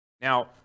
Now